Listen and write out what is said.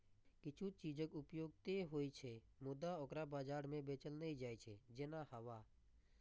किछु चीजक उपयोग ते होइ छै, मुदा ओकरा बाजार मे बेचल नै जाइ छै, जेना हवा